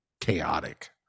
chaotic